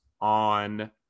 on